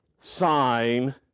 sign